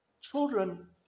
children